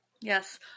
Yes